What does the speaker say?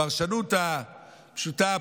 הפרשנות הפשוטה,